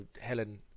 Helen